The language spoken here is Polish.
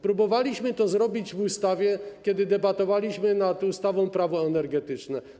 Próbowaliśmy to zrobić w ustawie, kiedy debatowaliśmy nad ustawą - Prawo energetyczne.